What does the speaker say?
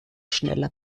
schneller